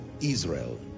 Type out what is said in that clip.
israel